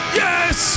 yes